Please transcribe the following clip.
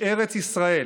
אותי,